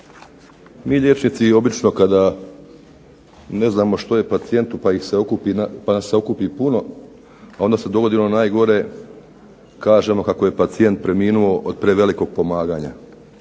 mi liječnici obično kada ne znamo što je pacijentu pa nas se okupi puno, onda se dogodi ono najgore, kaže kako je pacijent preminuo od prevelikog pomaganja.